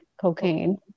cocaine